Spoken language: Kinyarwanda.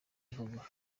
gihugu